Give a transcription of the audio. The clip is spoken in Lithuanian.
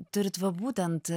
turit va būtent